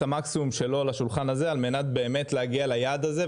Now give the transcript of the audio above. המקסימום שלו לשולחן הזה על מנת באמת להגיע ליעד הזה,